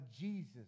Jesus